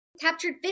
captured